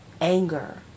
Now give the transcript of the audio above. anger